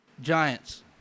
Giants